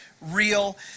real